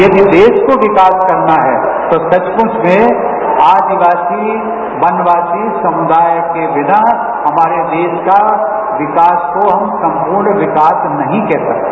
यदि देश को विकास करना है तो सचमुच में आदिवासी वनवासी समुदाय के बिना हमारे देश के विकास को हम संपूर्ण विकास नहीं कह सकते